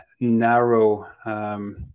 narrow